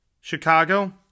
Chicago